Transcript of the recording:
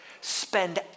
spend